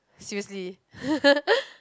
seriously